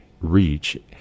reach